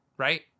Right